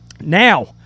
Now